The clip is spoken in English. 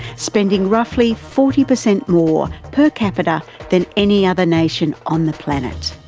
spending roughly forty percent more per capita than any other nation on the planet.